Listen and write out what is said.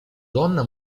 donna